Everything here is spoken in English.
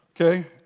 Okay